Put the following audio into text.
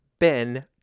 Ben